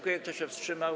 Kto się wstrzymał?